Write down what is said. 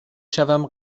شوم